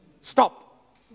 stop